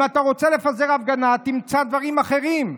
אם אתה רוצה לפזר הפגנה, תמצא דברים אחרים.